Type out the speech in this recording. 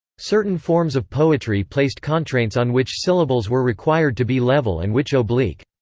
certain forms of poetry placed contraints on which syllables were required to be level and which oblique.